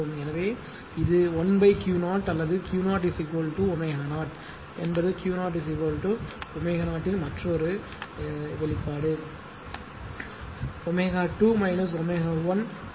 எனவே இது 1 Q0 அல்லது Q0 W 0 என்பது Q0 W 0 இன் மற்றொரு வெளிப்பாடு W 2 W 1 ஆகும்